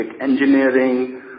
engineering